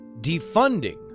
defunding